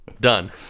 done